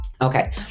Okay